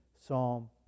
Psalm